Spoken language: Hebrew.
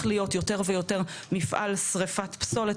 להיות יותר ויותר מפעל שריפת פסולות,